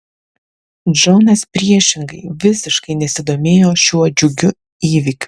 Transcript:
džonas priešingai visiškai nesidomėjo šiuo džiugiu įvykiu